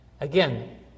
Again